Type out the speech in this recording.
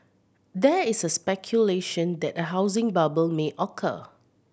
there is a speculation that a housing bubble may occur